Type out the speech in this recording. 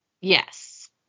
Yes